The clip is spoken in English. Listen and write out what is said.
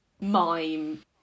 mime